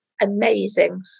amazing